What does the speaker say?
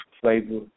flavor